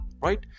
right